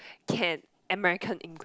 can't American Engl~